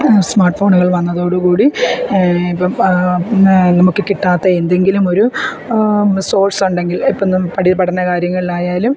smart ഫോണുകൾ വന്നതോടുകൂടി ഇപ്പം നമുക്ക് കിട്ടാത്ത എന്തെങ്കിലും ഒരു സോഴ്സ് ഉണ്ടെങ്കിൽ ഇപ്പം പഠി പഠനകാര്യങ്ങളിലായാലും